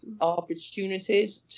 opportunities